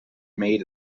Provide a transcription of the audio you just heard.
made